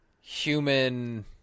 human